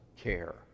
care